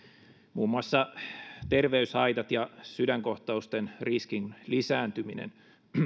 muun muassa terveyshaitat ja sydänkohtausten riskin lisääntyminen